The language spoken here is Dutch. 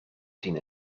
zien